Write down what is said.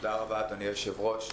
תודה רבה אדוני היושב-ראש.